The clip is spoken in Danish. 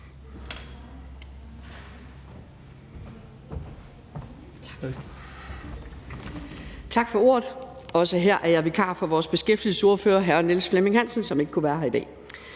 Tak for ordet. Også her er jeg vikar for vores beskæftigelsesordfører, hr. Niels Flemming Hansen, som ikke kunne være her i dag.